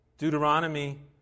Deuteronomy